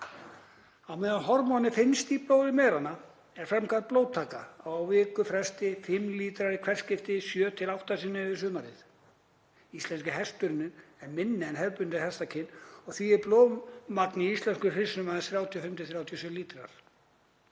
Á meðan hormónið finnst í blóði meranna er framkvæmd blóðtaka á viku fresti, 5 lítrar í hvert skipti 7–8 sinnum yfir sumarið. Íslenski hesturinn en minni en hefðbundið hestakyn og því er blóðmagn í íslenskum hryssum aðeins 35–37 lítrar.